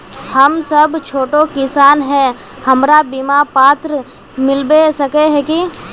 हम सब छोटो किसान है हमरा बिमा पात्र मिलबे सके है की?